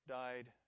died